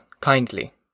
kindly